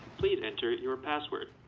please enter your password.